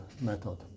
method